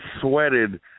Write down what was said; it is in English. sweated